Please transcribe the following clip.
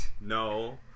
No